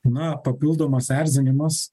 na papildomas erzinimas